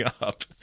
up